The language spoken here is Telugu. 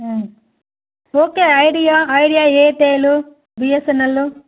okay Idea Idea Airtel బిఎస్ఎన్ఎల్లు